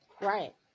Right